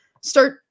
start